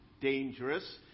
dangerous